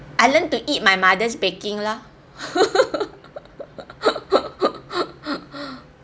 I learned to eat my mother's baking lor